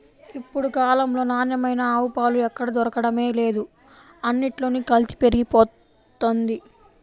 ఇప్పుడు కాలంలో నాణ్యమైన ఆవు పాలు ఎక్కడ దొరకడమే లేదు, అన్నిట్లోనూ కల్తీ పెరిగిపోతంది